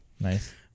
Nice